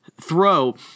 throw